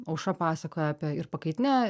aušra pasakoja apie ir pakaitinę